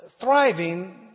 thriving